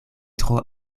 tro